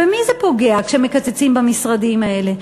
במי זה פוגע כשמקצצים במשרדים האלה?